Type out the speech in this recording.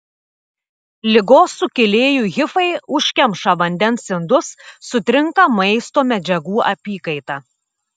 ligos sukėlėjų hifai užkemša vandens indus sutrinka maisto medžiagų apykaita